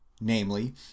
namely